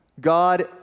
God